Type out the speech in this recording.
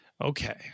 Okay